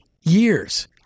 years